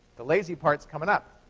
the lazy part's coming up.